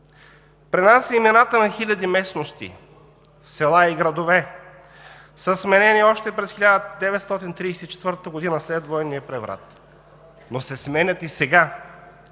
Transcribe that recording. При нас имената на хиляди местности, села и градове са сменени още през 1934 г. след военния преврат, но се сменят и сега.